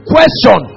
Question